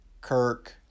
Kirk